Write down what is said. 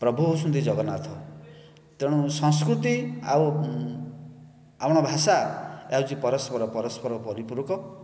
ପ୍ରଭୁ ହେଉଛନ୍ତି ଜଗନ୍ନାଥ ତେଣୁ ସଂସ୍କୃତି ଆଉ ଆପଣ ଭାଷା ଏହା ହେଉଛି ପରସ୍ପର ପରସ୍ପର ପରିପୂରକ